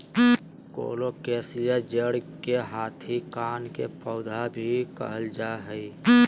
colocasia जड़ के हाथी कान के पौधा भी कहल जा हई